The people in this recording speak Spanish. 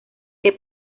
que